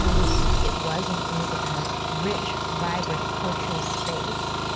know, there's it was and is a kind of rich, vibrant cultural space.